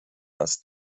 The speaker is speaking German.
das